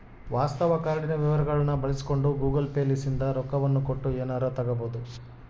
ವಾಸ್ತವ ಕಾರ್ಡಿನ ವಿವರಗಳ್ನ ಬಳಸಿಕೊಂಡು ಗೂಗಲ್ ಪೇ ಲಿಸಿಂದ ರೊಕ್ಕವನ್ನ ಕೊಟ್ಟು ಎನಾರ ತಗಬೊದು